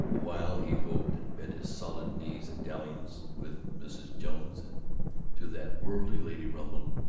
the while he hopped and bent his solid knees in dalliance with mrs. jones, and to that worthy lady rumbled,